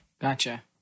Gotcha